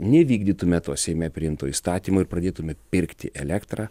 nevykdytume to seime priimto įstatymo ir pradėtume pirkti elektrą